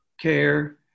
care